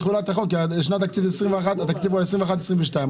התקציב הוא על 2021 2022,